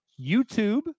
YouTube